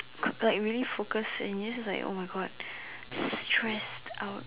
like really focus and you just like !oh-my-God! stressed out